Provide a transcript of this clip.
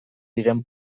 diren